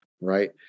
right